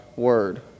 Word